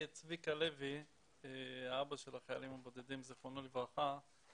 רק לסכם את הדבר הזה שבעיני הוא מימוש חזון יעוד וערכי מדינת ישראל.